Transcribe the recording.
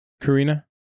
Karina